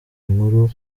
nkuru